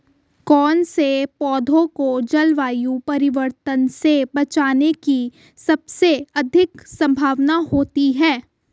कौन से पौधे को जलवायु परिवर्तन से बचने की सबसे अधिक संभावना होती है?